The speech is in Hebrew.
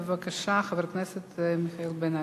בבקשה, חבר הכנסת מיכאל בן-ארי.